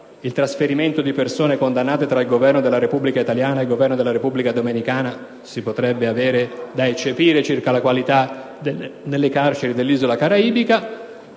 il trasferimento di persone condannate tra il Governo della Repubblica italiana e il Governo della Repubblica dominicana si potrebbe avere da eccepire circa la qualità delle carceri dell'isola caraibica.